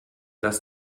dass